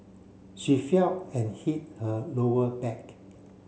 she fell and hit her lower back